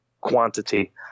quantity